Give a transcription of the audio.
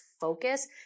focus